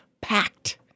packed